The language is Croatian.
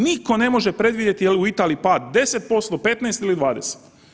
Niko ne može predvidjeti jel u Italiji pad 10%, 15 ili 20.